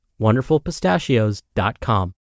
WonderfulPistachios.com